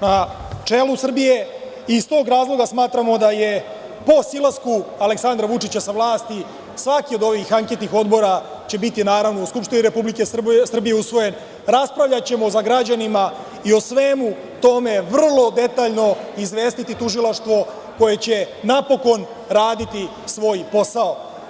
na čelu Srbije i iz tog razloga smatramo da je po silasku Aleksandra Vučića sa vlasti svaki od ovih anketnih odbora će biti u Skupštini Republike Srbije, usvojen, raspravljaćemo sa građanima i o svemu tome vrlo detaljno izvestiti tužilaštvo koje će napokon raditi svoj posao.